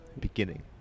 beginning